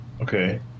Okay